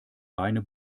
beine